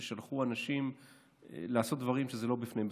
שבהם שלחו אנשים לעשות דברים שזה לא בפניהם.